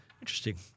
Interesting